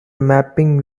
mapping